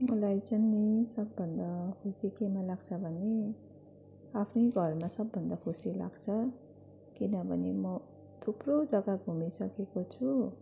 मलाई चाहिँ नि सबभन्दा खुसी केमा लाग्छ भने आफ्नै घरमा सबभन्दा खुसी लाग्छ किनभने म थुप्रो जग्गा घुमि सकेको छु